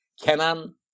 Kenan